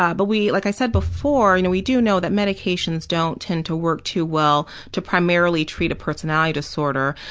ah but like i said before, you know we do know that medications don't tend to work too well to primarily treat a personality disorder.